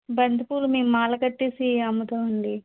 బంతిపూలు మేము మాల కట్టేసి అమ్ముతామండి